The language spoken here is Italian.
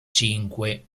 cinque